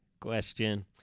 Question